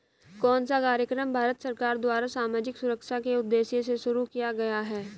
कौन सा कार्यक्रम भारत सरकार द्वारा सामाजिक सुरक्षा के उद्देश्य से शुरू किया गया है?